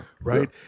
right